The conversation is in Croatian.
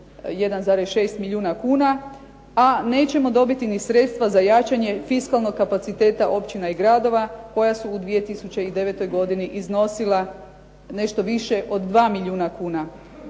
1,6 milijuna kuna. A nećemo dobiti sredstva za jačanje fiskalnog kapaciteta općina i gradova koja su u 2009. godini iznosila nešto više od dva milijuna kuna.